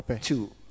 two